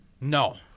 No